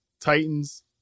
Titans